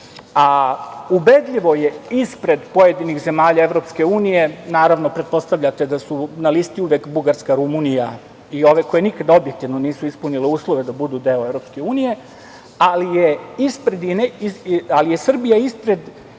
Ubedljivo je ispred pojedinih zemalja EU, naravno pretpostavljate da su na listi uvek Bugarska, Rumunija i ove koje nikada objektivno nisu ispunile uslove da budu deo EU, ali je Srbije ispred